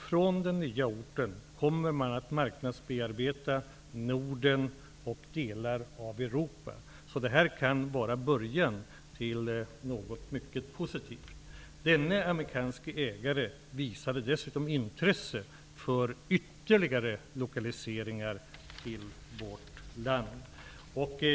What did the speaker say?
Från den nya orten kommer man att marknadsbearbeta Norden och delar av övriga Europa. Detta kan vara början till något mycket positivt. Denne amerikanske ägare visade dessutom intresse för ytterligare lokaliseringar till vårt land.